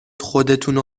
خودتونو